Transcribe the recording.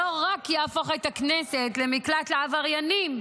שלא רק יהפוך את הכנסת למקלט לעבריינים,